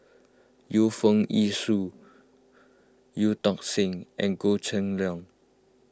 Yu Foo Yee Shoon Eu Tong Sen and Goh Cheng Liang